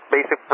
basic